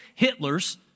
Hitlers